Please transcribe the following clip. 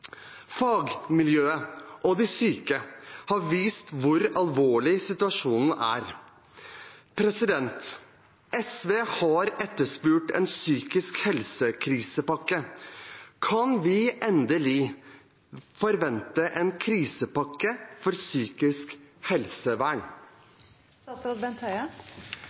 Fagmiljøet og de syke har vist hvor alvorlig situasjonen er. SV har etterspurt en krisepakke til psykisk helse. Kan vi endelig forvente en krisepakke for psykisk